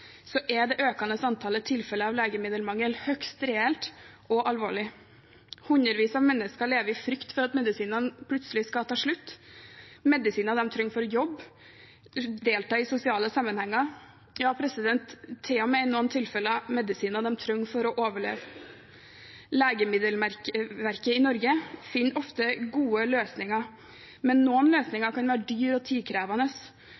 er det økende antallet tilfeller av legemiddelmangel høyst reelt og alvorlig. Hundrevis av mennesker lever i frykt for at medisinene plutselig skal ta slutt – medisiner de trenger for å jobbe, delta i sosiale sammenhenger – ja, i noen tilfeller til og med medisiner de trenger for å overleve. Legemiddelverket i Norge finner ofte gode løsninger, men noen